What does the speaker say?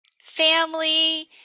Family